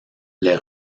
les